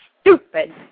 stupid